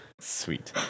sweet